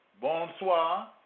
Bonsoir